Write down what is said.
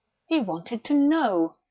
he wanted to know.